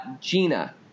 Gina